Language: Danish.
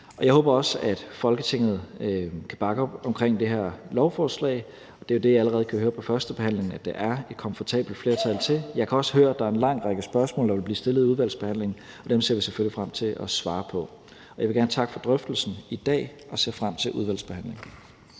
jeg håber også, at Folketinget kan bakke op omkring det her lovforslag, og det er jo det, jeg allerede kan høre på førstebehandlingen at der er et komfortabelt flertal for. Jeg kan også høre, at der er en lang række spørgsmål, der vil blive stillet i udvalgsbehandlingen, og dem ser vi selvfølgelig frem til at svare på. Jeg vil gerne takke for drøftelsen i dag og ser frem til udvalgsbehandlingen.